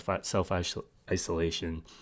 self-isolation